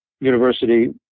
university